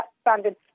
standard